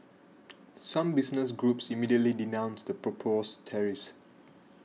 some business groups immediately denounced the proposed tariffs